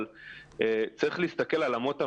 אבל צריך להסתכל גם על אמות המידה.